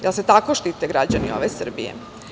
Jel se tako štite građani ove Srbije?